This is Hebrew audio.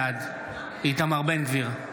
בעד איתמר בן גביר,